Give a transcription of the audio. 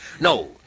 No